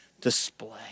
display